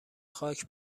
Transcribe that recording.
خاک